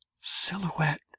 silhouette